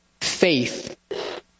Faith